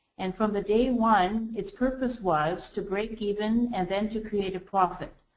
and from the day one, its purpose was to breakeven and then to create profit.